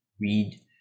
read